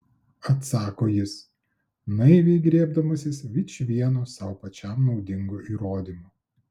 atsako jis naiviai griebdamasis vičvieno sau pačiam naudingo įrodymo